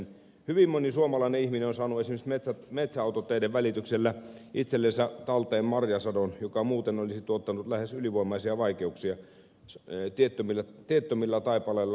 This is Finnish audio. hyvin moni suomalainen ihminen on saanut esimerkiksi metsäautoteiden välityksellä itsellensä talteen marjasadon mikä muuten olisi tuottanut lähes ylivoimaisia vaikeuksia tiettömillä taipaleilla liikkumisen takia